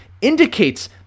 indicates